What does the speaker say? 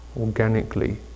organically